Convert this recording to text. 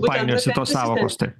painiojasi tos sąvokos taip